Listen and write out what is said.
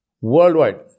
worldwide